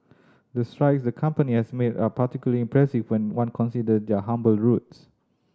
the strides the company has made are particularly impressive when one consider their humble roots